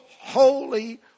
holy